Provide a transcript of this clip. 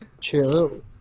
Chill